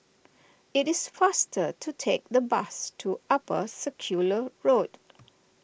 it is faster to take the bus to Upper Circular Road